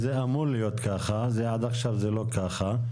זה אמור להיות ככה, עד עכשיו זה לא ככה.